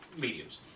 mediums